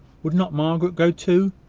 would not margaret go too?